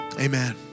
amen